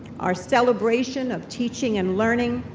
our celebration of teaching and learning,